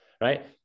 right